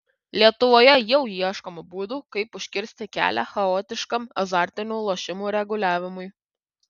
lietuvoje jau ieškoma būdų kaip užkirsti kelią chaotiškam azartinių lošimų reguliavimui